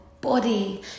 body